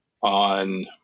on